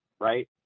right